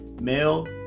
male